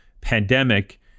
pandemic